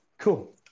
Cool